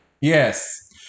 Yes